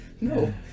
No